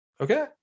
Okay